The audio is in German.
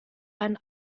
einen